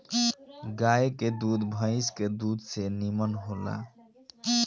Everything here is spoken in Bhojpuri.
गाय के दूध भइस के दूध से निमन होला